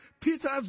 Peter's